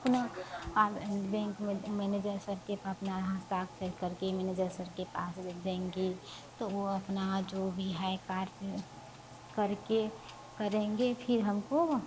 अपना बेंक में manager sir के अपना हस्ताक्षर करके मेनेजर सर के पास जब देंगे तो वो अपना जो भी है कार्ज करके करेंगे फिर हमको वो